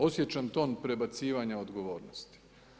Osjećam ton prebacivanja odgovornosti.